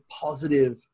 positive